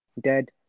Dead